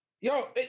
Yo